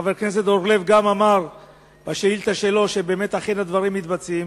וחבר הכנסת אורלב גם אמר בשאילתא שלו שאכן הדברים מתבצעים,